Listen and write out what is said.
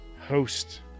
host